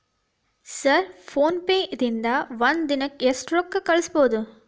Sir PhonePe ದಿಂದ ಒಂದು ದಿನಕ್ಕೆ ಎಷ್ಟು ರೊಕ್ಕಾ ಕಳಿಸಬಹುದು?